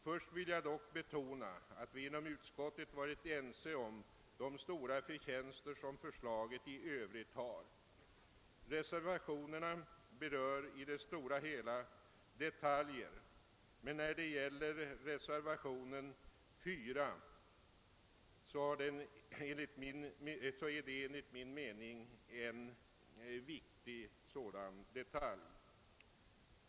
Först vill jag dock betona att vi inom utskottet har varit ense om de stora förtjänster som förslaget i övrigt har. Reservationerna berör i det stora hela detaljer, men reservationen IV tar upp en enligt min mening viktig detalj.